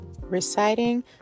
reciting